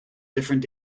different